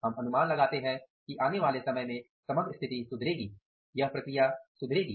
हम अनुमान लगाते हैं कि आने वाले समय में समग्र स्थिति सुधरेगी यह प्रक्रिया सुधरेगी